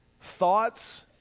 thoughts